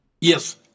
Yes